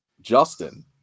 Justin